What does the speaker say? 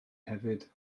hefyd